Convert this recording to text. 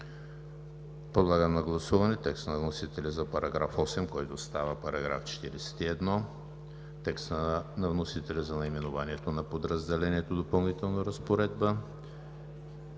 Подлагам на гласуване текста на вносителя за § 8, който става § 41; текста на вносителя за наименованието на подразделението „Допълнителна разпоредба“;